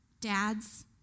dads